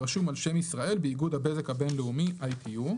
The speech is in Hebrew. הרשום על שם ישראל באיגוד הבזק הבין-לאומי (ITU).